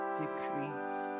decrease